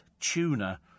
tuna